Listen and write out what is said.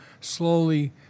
slowly